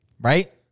right